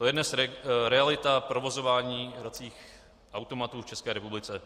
To je dnes realita provozování hracích automatů v České republice.